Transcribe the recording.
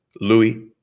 Louis